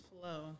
flow